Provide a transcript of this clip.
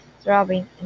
Throbbing